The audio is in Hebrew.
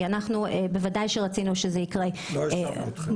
לא האשמנו אתכם.